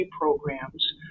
programs